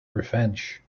revenge